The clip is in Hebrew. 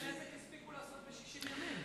אתה יודע איזה נזק הספיקו לעשות ב-60 ימים?